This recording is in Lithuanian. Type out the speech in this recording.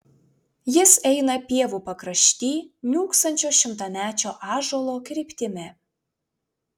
jis eina pievų pakrašty niūksančio šimtamečio ąžuolo kryptimi